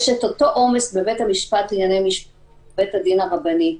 יש את אותו עומס בבית המשפט לענייני משפחה ובבית-הדין הרבני.